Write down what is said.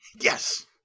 yes